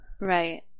Right